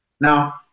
Now